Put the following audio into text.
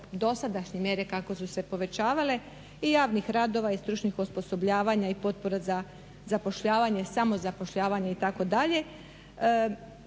dosadašnje mjere kako su se povećavale i javnih radova, i stručnih osposobljavanja i potpora za zapošljavanje, samozapošljavanje itd. Jako je